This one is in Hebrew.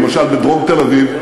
למשל בדרום תל-אביב.